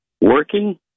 Working